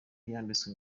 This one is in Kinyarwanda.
yambitswe